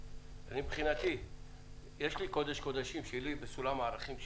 מבחינתי יש לי קודש קודשים בסולם הערכים שלי.